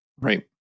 right